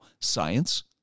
science